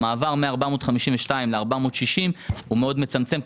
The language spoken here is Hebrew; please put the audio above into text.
המעבר מ-452 ל-460 מאוד מצמצם,